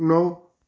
ਨੌ